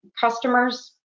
customers